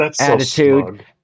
attitude